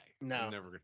No